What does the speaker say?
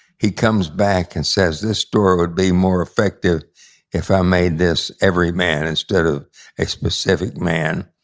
he comes back and says, this story would be more effective if i made this every man instead of a specific man.